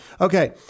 Okay